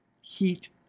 heat